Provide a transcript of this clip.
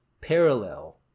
parallel